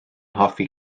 hoffi